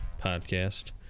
podcast